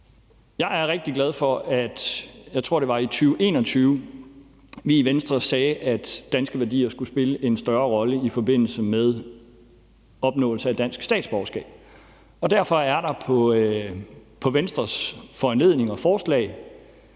Jeg er rigtig glad for, at vi i Venstre, jeg tror, det var 2021, sagde, at danske værdier skulle spille en større rolle i forbindelse med opnåelse af dansk statsborgerskab. Derfor er der på Venstres foranledning og forslag